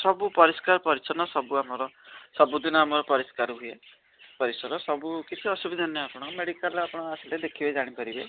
ସବୁ ପରିଷ୍କାର ପରିଚ୍ଛନ ସବୁ ଆମର ସବୁଦିନେ ଆମର ପରିଷ୍କାର ହୁଏ ପରିଷ୍କାର ସବୁ କିଛି ଅସୁବିଧା ନାହିଁ ଆପଣ ମେଡ଼ିକାଲ ଆପଣ ଆସିଲେ ଦେଖିବେ ଜାଣିପାରିବେ